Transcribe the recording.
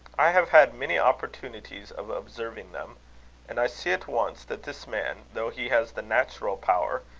i have had many opportunities of observing them and i see at once that this man, though he has the natural power,